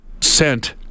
sent